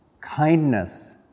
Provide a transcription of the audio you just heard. kindness